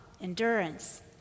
endurance